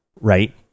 right